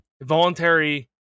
Voluntary